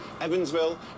Evansville